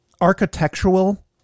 architectural